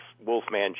Wolfman